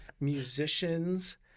musicians